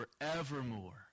forevermore